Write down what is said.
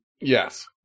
Yes